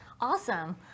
Awesome